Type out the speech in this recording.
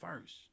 first